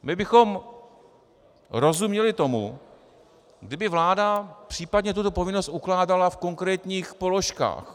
My bychom rozuměli tomu, kdyby vláda případně tuto povinnost ukládala v konkrétních položkách.